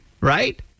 right